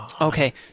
Okay